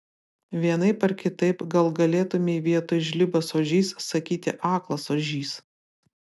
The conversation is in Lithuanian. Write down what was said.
vienaip ar kitaip gal galėtumei vietoj žlibas ožys sakyti aklas ožys